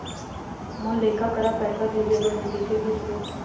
मोर लइका करा पैसा भेजें बर हे, कइसे भेजबो?